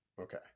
Okay